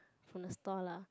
from the store lah